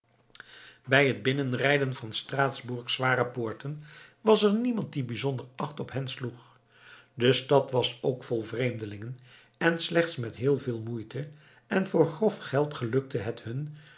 bij het binnenrijden van straatsburgs zware poorten was er niemand die bijzonder acht op hen sloeg de stad was ook vol vreemdelingen en slechts met heel veel moeite en voor grof geld gelukte het hun